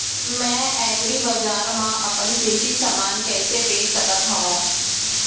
मैं एग्रीबजार मा अपन कृषि समान कइसे बेच सकत हव?